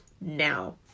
now